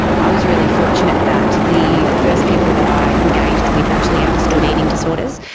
i was really fortunate that the first people that i engaged with actually understood eating disorders,